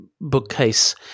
bookcase